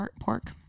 pork